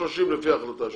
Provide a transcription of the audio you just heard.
לפי ההחלטה שלך.